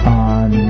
on